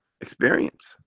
experience